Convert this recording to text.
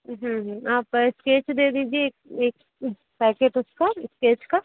जी जी आप स्केच दे दीजिए एक एक पैकेट उसका स्केच का